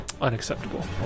Unacceptable